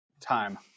Time